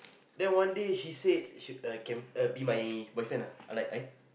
then one day she said she err can err be my boyfriend like I